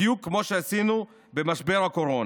בדיוק כמו שעשינו במשבר הקורונה.